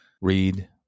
read